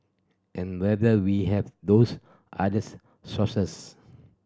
and whether we have those others sources